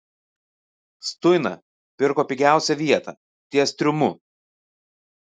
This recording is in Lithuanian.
stuina pirko pigiausią vietą ties triumu